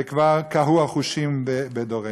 וכבר קהו החושים בדורנו.